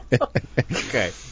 Okay